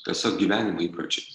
tiesiog gyvenimo įpročiai